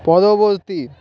পরবর্তী